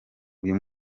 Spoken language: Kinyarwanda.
uyu